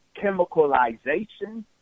chemicalization